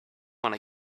wanna